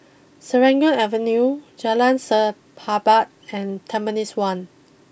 Serangoon Avenue Jalan Sahabat and Tampines one